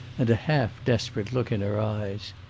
and a half-desperate look in her eyes.